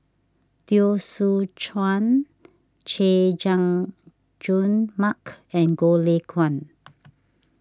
Teo Soon Chuan Chay Jung Jun Mark and Goh Lay Kuan